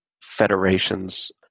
federations